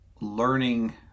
learning